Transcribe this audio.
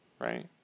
right